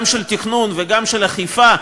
גם של תכנון וגם של אכיפה,